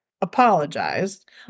apologized